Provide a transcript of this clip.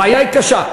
הבעיה היא קשה.